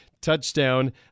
touchdown